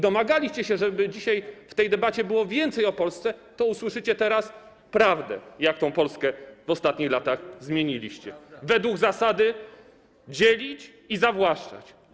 Domagaliście się, żeby dzisiaj w tej debacie było więcej o Polsce, to usłyszycie teraz prawdę o tym, jak tę Polskę w ostatnich latach zmieniliście - według zasady: dzielić i zawłaszczać.